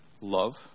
love